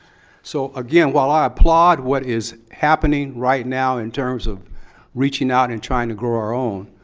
so, again, while i applaud what is happening right now in terms of reaching out and trying to grow our own,